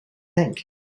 think